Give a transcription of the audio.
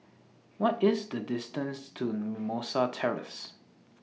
What IS The distance to Mimosa Terrace